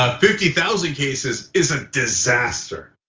ah fifty thousand cases is a disaster.